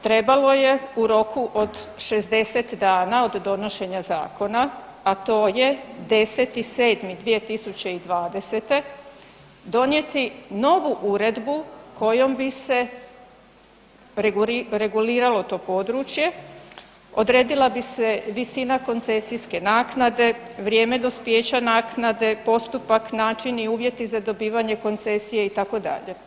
Trebalo je u roku od 60 dana od donošenja zakona, a to je 10.7.2020. donijeti novu uredbu kojom bi se reguliralo to područje, odredila bi se visina koncesijske naknade, vrijeme dospijeća naknade, postupak, način i uvjeti za dobivanje koncesije itd.